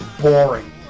boring